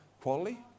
quality